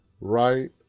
right